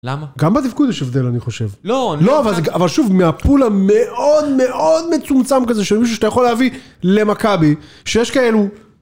למה? גם בדפקות יש הבדל, אני חושב. לא, אבל... לא, אבל שוב, מה-pool מאוד מאוד מאוד מצומצם כזה של מישהו שאתה יכול להביא למכבי, שיש כאלו...